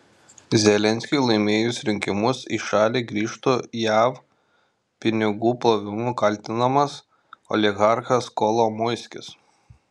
zelenskiui laimėjus rinkimus į šalį grįžtų jav pinigų plovimu kaltinamas oligarchas kolomoiskis